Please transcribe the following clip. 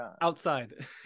outside